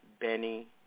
Benny